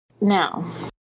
Now